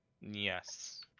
Yes